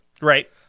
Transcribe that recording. Right